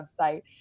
website